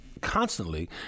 constantly